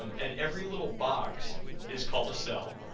um and every little box is called a cell.